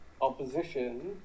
opposition